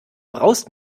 braust